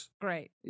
Great